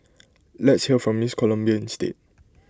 let's hear from miss Colombia instead